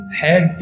head